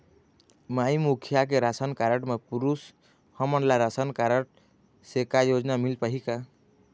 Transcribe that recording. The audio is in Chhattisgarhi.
माई मुखिया के राशन कारड म पुरुष हमन ला रासनकारड से का योजना मिल पाही का?